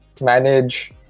manage